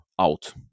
out